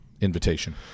invitation